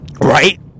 Right